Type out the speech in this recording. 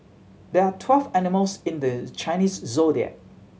there are twelve animals in the Chinese Zodiac